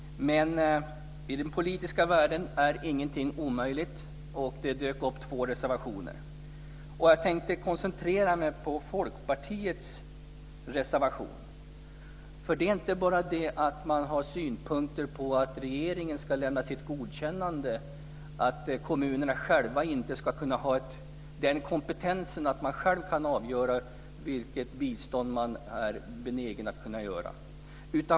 Men i den politiska världen är ingenting omöjligt. Det dök upp två reservationer. Jag tänkte koncentrera mig på Folkpartiets reservation. Folkpartiet har inte bara synpunkter på att regeringen ska lämna sitt godkännande. Kommunerna ska inte ha kompetensen att själva avgöra vilket bistånd de är benägna att ge.